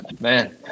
Man